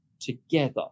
together